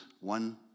one